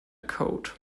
code